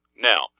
Now